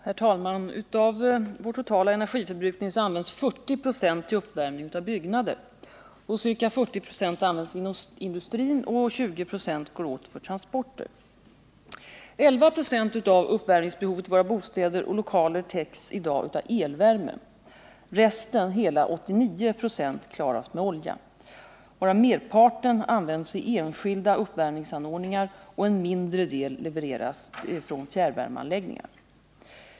Herr talman! Av vår totala energiförbrukning används 40 96 till uppvärm ning av byggnader, ca 40 26 används inom industrin och 20 96 går åt för transporter. 35 11 26 av uppvärmningsbehovet i våra bostäder och lokaler täcks i dag av elvärme. Resten — hela 89 26 — klaras med olja, varav merparten används i enskilda uppvärmningsanordningar och en mindre del levereras från fjärrvärmeanläggningar.